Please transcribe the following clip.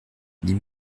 dit